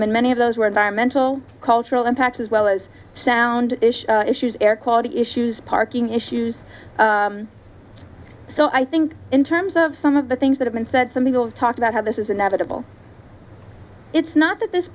d many of those were environmental cultural impact as well as sound issues air quality issues parking issues so i think in terms of some of the things that have been said some people talk about how this is inevitable it's not that this